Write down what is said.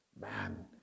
man